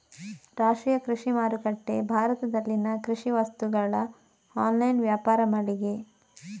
ರಾಷ್ಟ್ರೀಯ ಕೃಷಿ ಮಾರುಕಟ್ಟೆ ಭಾರತದಲ್ಲಿನ ಕೃಷಿ ವಸ್ತುಗಳ ಆನ್ಲೈನ್ ವ್ಯಾಪಾರ ಮಳಿಗೆ